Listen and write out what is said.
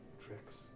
tricks